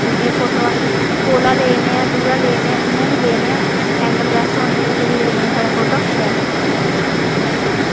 क्योंकि फोटो अस कोला लैने आं दूरा लैने आं जि'यां बी लैने आं एंगल बेस्ट होना चाहिदा जेह्दी बजह कन्नै साढ़ा फोटो शैल आई सकदा